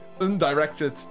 undirected